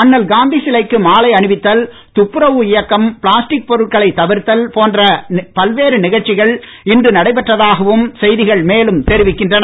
அண்ணல் காந்தி சிலைக்கு மாலை அணிவித்தல் துப்புரவு இயக்கம் பிளாஸ்டிக் பொருட்களை தவிர்த்தல் போன்ற பல்வேறு நிகழ்ச்சிகள் இன்று நடைபெற்றதாகவும் செய்திகள் மேலும் தெரிவிக்கின்றன